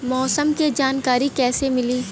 मौसम के जानकारी कैसे मिली?